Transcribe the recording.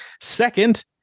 second